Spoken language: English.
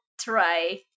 try